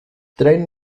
traen